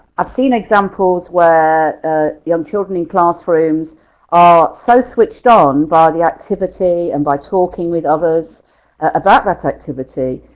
i've seen examples where young children in classrooms are so switched on by the activity and by talking with others about that activity,